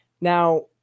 Now